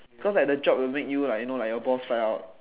cause like the drop will make you like your balls fly out